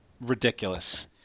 ridiculous